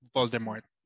Voldemort